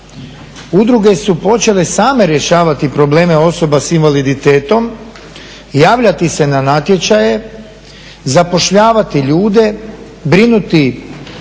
udruge su počele same rješavati probleme osoba s invaliditetom, javljati se na natječaje, zapošljavati ljude, brinuti